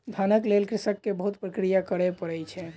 धानक लेल कृषक के बहुत प्रक्रिया करय पड़ै छै